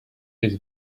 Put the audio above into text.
his